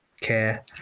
care